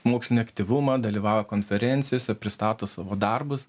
mokslinį aktyvumą dalyvauja konferencijose pristato savo darbus